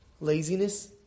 laziness